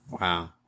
Wow